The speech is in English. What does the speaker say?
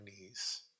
knees